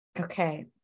Okay